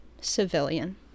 civilian